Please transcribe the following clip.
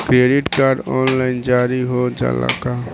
Credit card online जारी हो जाला का?